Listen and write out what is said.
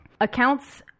Accounts